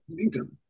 income